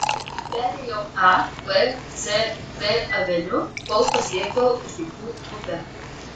perėjau a b c d aveniu kol pasiekiau rytų upę